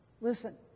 Listen